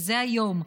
וזה היום,